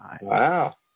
Wow